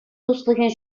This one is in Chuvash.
туслӑхӗн